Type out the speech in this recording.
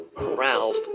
Ralph